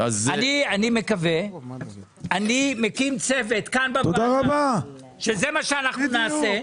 אני מקים צוות כאן בוועדה, זה מה שאנחנו נעשה.